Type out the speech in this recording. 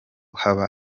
haba